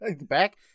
back